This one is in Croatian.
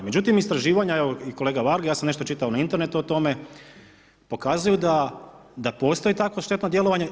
Međutim, istraživanja, evo i kolega Varga, ja sam nešto čitao na internetu o tome, pokazuje da postoji takvo štetno djelovanje.